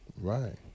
right